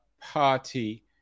party